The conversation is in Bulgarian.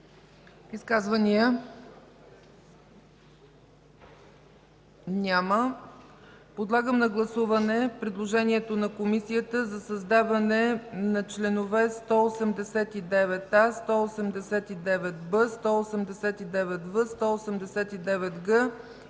Изказвания? Няма. Подлагам на гласуване предложението на Комисията за създаване на членове 189а, 189б, 189в, 189г